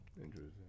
Interesting